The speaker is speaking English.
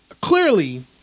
clearly